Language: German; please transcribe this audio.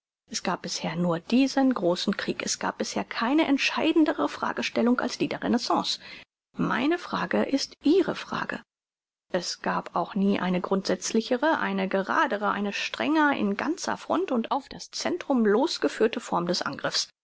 es gab bisher nur diesen großen krieg es gab bisher keine entscheidendere fragestellung als die der renaissance meine frage ist ihre frage es gab auch nie eine grundsätzlichere eine geradere eine strenger in ganzer front und auf das centrum los geführte form des angriffs